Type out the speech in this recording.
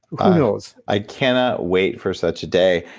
who knows? i cannot wait for such a day.